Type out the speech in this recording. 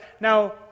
Now